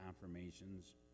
confirmations